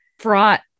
fraught